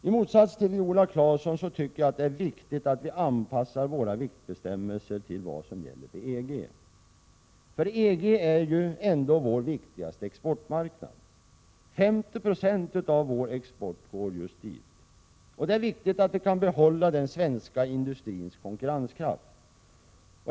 I motsats till Viola Claesson tycker jag att det är viktigt att vi anpassar våra viktbestämmelser till vad som gäller för EG. EG är ju vår viktigaste exportmarknad. 50 96 av vår export går just dit. Det är viktigt att vi kan behålla den svenska industrins konkurrenskraft.